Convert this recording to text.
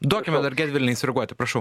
duokime dar gedvilienei sureaguoti prašau